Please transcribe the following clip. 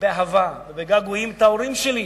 באהבה ובגעגועים את ההורים שלי,